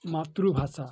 ମାତୃଭାଷା